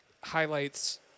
highlights